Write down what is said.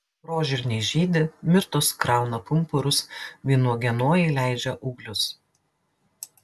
prožirniai žydi mirtos krauna pumpurus vynuogienojai leidžia ūglius